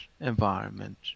environment